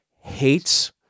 Hates